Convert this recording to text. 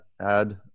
Add